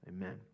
Amen